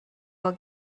will